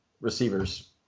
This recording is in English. receivers